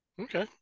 Okay